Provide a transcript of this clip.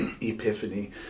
epiphany